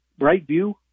Brightview